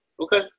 Okay